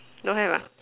don't have ah